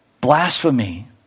Blasphemy